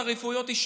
אני גם לא יודע